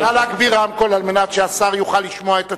נא להגביר רמקול על מנת שהשר יוכל לשמוע את עצמו.